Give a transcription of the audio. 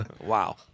Wow